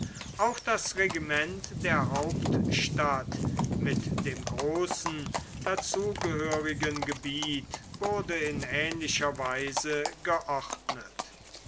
auch das regiment der hauptstadt mit dem großen dazugehörigen gebiet wurde in ähnlicher weise geordnet